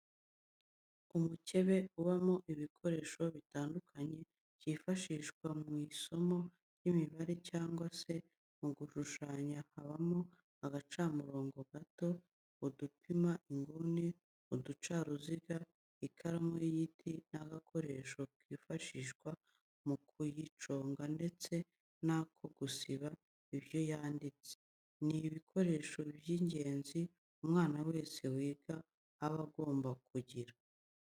Umukebe ubamo ibikoresho bitandukanye byifashishwa mu isomo ry'imibare cyangwa se mu gushushanya habamo agacamurongo gato, udupima inguni, uducaruziga, ikaramu y'igiti n'agakoresho kifashishwa mu kuyiconga ndetse n'ako gusiba ibyo yanditse, ni ibikoresho by'ingenzi umwana wese wiga aba agomba kugira.